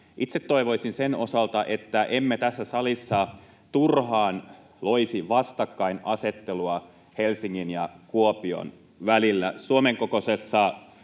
Itse toivoisin sen osalta, että emme tässä salissa turhaan loisi vastakkainasettelua Helsingin ja Kuopion välille.